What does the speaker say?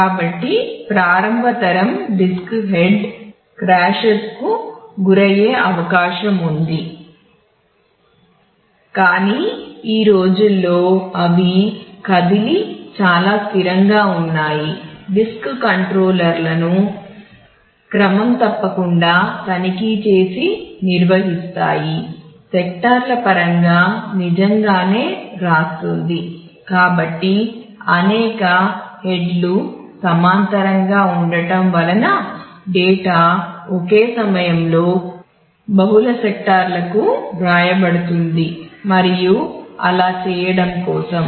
కాబట్టి ప్రారంభ తరం డిస్క్లకు వ్రాయబడుతుంది మరియు అలా చేయడం కోసం